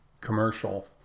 commercial